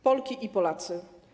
Polki i Polacy!